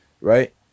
right